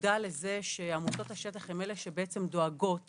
מודע לזה שעמותות השטח הן אלה שבעצם דואגות